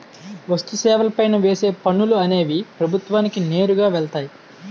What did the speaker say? వస్తు సేవల పైన వేసే పనులు అనేవి ప్రభుత్వానికి నేరుగా వెళ్తాయి